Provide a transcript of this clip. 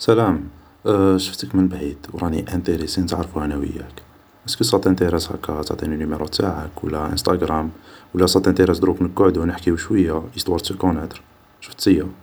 سلام, شفتك من بعيد و راني انتيريسي نتعرفو انا و ياك ايسكو سا تانتيراس تعطيني هاكا نيميرو تاعك و لا انستغرام و لا ساتانتيراس نقعدو شوي ايستوار دو سو كوناتر